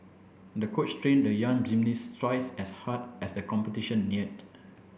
the coach trained the young gymnast twice as hard as the competition neared